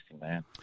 man